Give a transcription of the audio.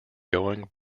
going